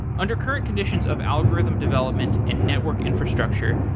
under current conditions of algorithm development and network infrastructure,